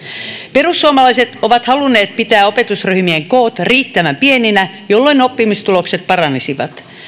perussuomalaiset ovat halunneet pitää opetusryhmien koot riittävän pieninä jolloin oppimistulokset paranisivat